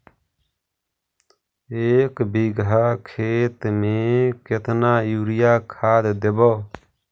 एक बिघा खेत में केतना युरिया खाद देवै?